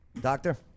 Doctor